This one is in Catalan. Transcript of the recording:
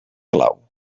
clau